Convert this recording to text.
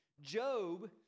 Job